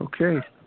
Okay